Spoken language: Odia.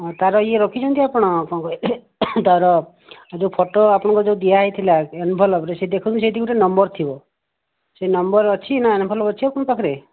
ତାର ଇଏ ରଖିଛନ୍ତି ଆପଣ କଣ କହିଲେ ତାର ଯେଉଁ ଫୋଟୋ ଆପଣଙ୍କର ଯେଉଁ ଦିଆହୋଇଥିଲା ଏନ୍ଭଲପ୍ ରେ ଦେଖନ୍ତୁ ସେଇଠି ଗୋଟିଏ ନମ୍ବର ଥିବ ସେ ନମ୍ବର ଅଛି ନାଁ ଏନ୍ଭଲପ୍ ଅଛି ଆପଣଙ୍କ ପାଖରେ